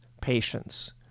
patience